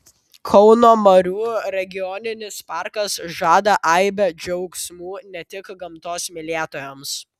kauno marių regioninis parkas žada aibę džiaugsmų ne tik gamtos mylėtojams